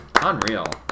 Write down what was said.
unreal